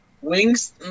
Wings